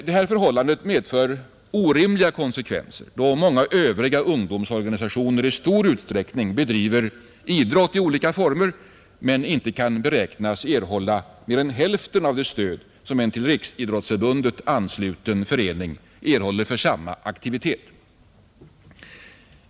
Det förhållandet medför orimliga konsekvenser, då många övriga ungdomsorganisationer i stor utsträckning bedriver idrott i olika former men inte kan beräknas erhålla mer än hälften av det stöd som en till Riksidrottsförbundet ansluten förening erhåller för samma aktivitet.